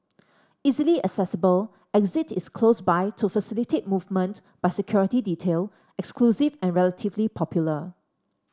easily accessible exit is close by to facilitate movement by security detail exclusive and relatively popular